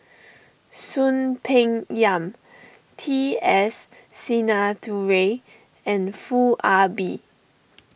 Soon Peng Yam T S Sinnathuray and Foo Ah Bee